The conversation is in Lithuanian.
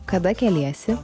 kada keliesi